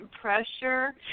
pressure